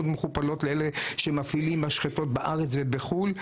מכופלות לאלה שמפעילים משחטות בארץ ובחו"ל.